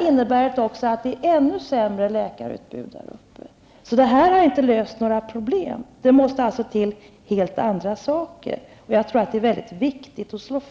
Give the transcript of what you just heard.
innebär detta också att det är ett ännu sämre läkarutbud där uppe. Det är viktigt att slå fast att detta system alltså inte har löst några problem utan att det måste till helt andra saker.